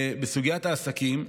בסוגיית העסקים,